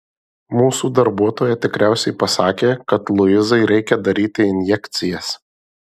mūsų darbuotoja tikriausiai pasakė kad luizai reikia daryti injekcijas